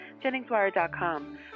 JenningsWire.com